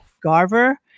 Garver